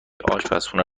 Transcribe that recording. آشپرخونه